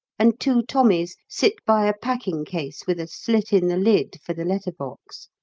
and two tommies sit by a packing-case with a slit in the lid for the letter-box.